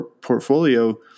portfolio